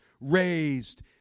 raised